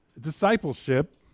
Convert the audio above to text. discipleship